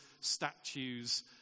statues